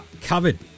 covered